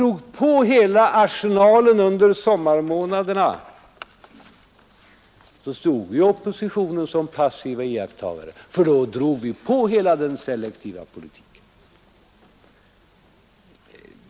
Och när vi sedan under sommarmånaderna drog på hela arsenalen stod ju oppositionspartierna som passiva iakttagare; då drog vi på hela den selektiva politiken.